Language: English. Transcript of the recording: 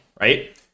right